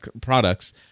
products